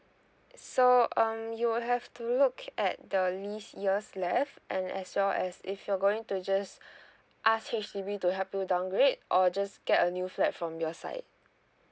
so um you will have to look at the lease years left and as well as if you're going to just ask H_D_B to help you downgrade or just get a new flat from your side